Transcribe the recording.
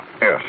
Yes